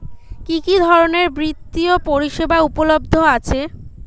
কি কি ধরনের বৃত্তিয় পরিসেবা উপলব্ধ আছে?